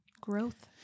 Growth